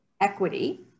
equity